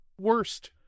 Worst